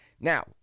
Now